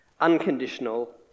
Unconditional